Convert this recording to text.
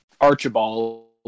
Archibald